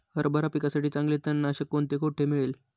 हरभरा पिकासाठी चांगले तणनाशक कोणते, कोठे मिळेल?